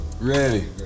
Ready